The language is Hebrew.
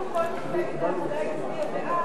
שמעתי שאומרים כאילו כל מפלגת העבודה הצביעה בעד,